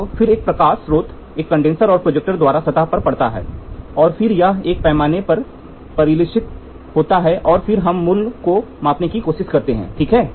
तो फिर एक प्रकाश स्रोत एक कंडेनसर एक प्रोजेक्टर द्वारा सतह पर पड़ता है और फिर यह एक पैमाने पर परिलक्षित होता है और फिर हम मूल्य को मापने की कोशिश करते हैं ठीक है